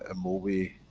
and movie,